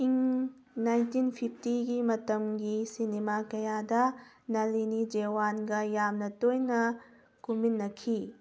ꯏꯪ ꯅꯥꯏꯟꯇꯤꯟ ꯐꯤꯐꯇꯤꯒꯤ ꯃꯇꯝꯒꯤ ꯁꯤꯅꯦꯃꯥ ꯀꯌꯥꯗ ꯅꯥꯂꯤꯅꯤꯖꯦꯋꯥꯟꯒ ꯌꯥꯝꯅ ꯇꯣꯏꯅ ꯀꯨꯝꯃꯤꯟꯅꯈꯤ